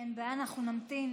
אין בעיה, אנחנו נמתין